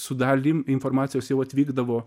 su dalim informacijos jau atvykdavo